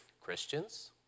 Christians